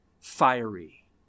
fiery